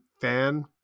fan